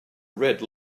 red